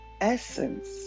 essence